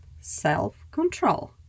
Self-control